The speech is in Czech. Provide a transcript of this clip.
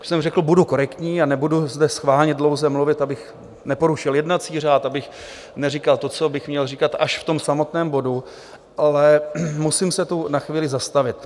Už jsem řekl, budu korektní a nebudu zde schválně dlouze mluvit, abych neporušil jednací řád, abych neříkal to, co bych měl říkat až v tom samotném bodu, ale musím se tu na chvíli zastavit.